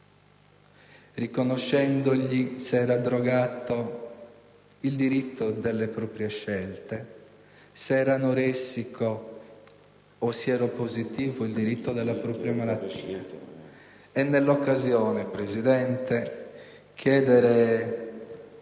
riconoscendogli, se era drogato, il diritto delle proprie scelte, e se era anoressico o sieropositivo, il diritto della propria malattia; e nell'occasione, Presidente, chiedere